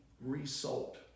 resold